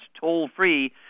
toll-free